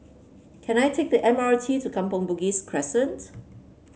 can I take the M R T to Kampong Bugis Crescent